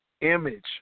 image